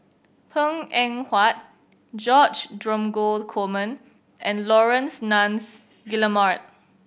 Png Eng Huat George Dromgold Coleman and Laurence Nunns Guillemard